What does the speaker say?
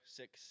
six